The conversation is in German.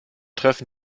treffen